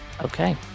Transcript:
Okay